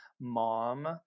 mom